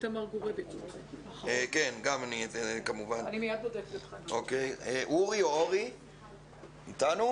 אוּרי או אוֹרי אתנו?